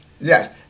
yes